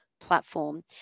platform